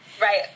Right